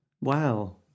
Wow